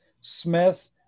Smith